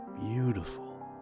Beautiful